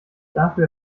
dafür